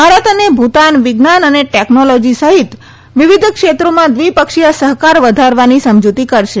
ભારત અને ભૂતાન વિજ્ઞાન અને ટેકનોલોજી સહિત વિવિધ ક્ષેત્રોમાં દ્વિપક્ષીય સહકાર વધારવાની સમજૂતી કરશે